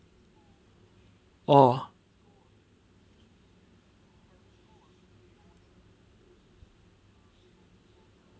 orh